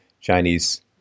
Chinese